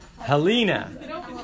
Helena